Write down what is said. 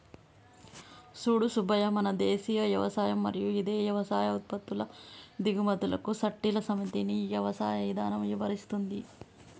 సూడు సూబ్బయ్య మన దేసీయ యవసాయం మరియు ఇదే యవసాయ ఉత్పత్తుల దిగుమతులకు సట్టిల సమితిని యవసాయ ఇధానం ఇవరిస్తుంది